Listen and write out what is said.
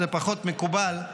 זה פחות מקובל,